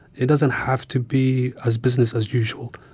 it doesn't have to be as business as usual.